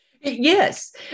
Yes